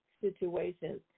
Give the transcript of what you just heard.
situations